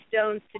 stones